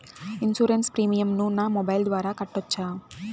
Insurance premium ను నా mobile ద్వారా కట్టొచ్చా?